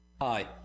Hi